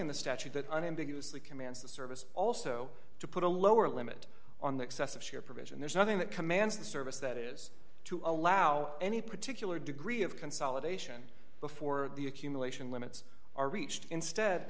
in the statute that unambiguous that commands the service also to put a lower limit on the excessive share provision there's nothing that commands the service that is to allow any particular degree of consolidation before the accumulation limits are reached instead